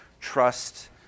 trust